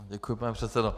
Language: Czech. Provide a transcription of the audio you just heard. Děkuji, pane předsedo.